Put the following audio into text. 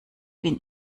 bin